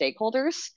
stakeholders